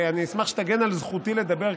אני אשמח שתגן על זכותי לדבר,